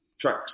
track